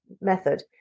method